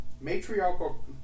matriarchal